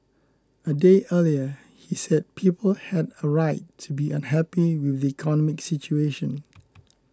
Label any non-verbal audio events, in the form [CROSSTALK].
a day earlier he said people had a right to be unhappy [UNINTELLIGIBLE] economic situation